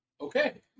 okay